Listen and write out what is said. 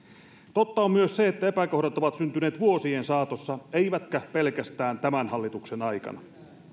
totta on myös se että epäkohdat ovat syntyneet vuosien saatossa eivätkä pelkästään tämän hallituksen aikana